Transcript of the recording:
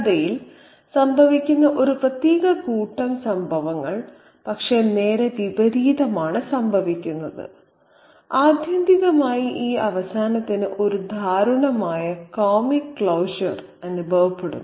കഥയിൽ സംഭവിക്കുന്ന ഒരു പ്രത്യേക കൂട്ടം സംഭവങ്ങൾ പക്ഷേ നേരെ വിപരീതമാണ് സംഭവിക്കുന്നത് ആത്യന്തികമായി ഈ അവസാനത്തിന് ഒരു ദാരുണമായ കോമിക് ക്ലോഷർ അനുഭവപ്പെടുന്നു